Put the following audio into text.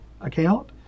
account